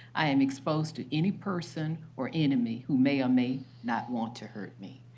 i am exposed to any person or enemy who may or may not want to hurt me.